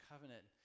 covenant